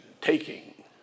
taking